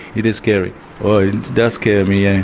it is scary. oh, it does scare me, yeah